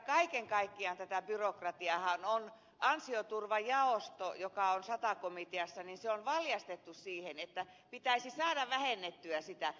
kaiken kaikkiaan ansioturvajaosto joka on sata komiteassa on valjastettu siihen että pitäisi saada vähennettyä sitä byrokratiaa